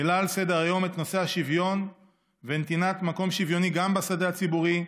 העלה על סדר-היום את נושא השוויון ונתינת מקום שוויוני גם בשדה הציבורי,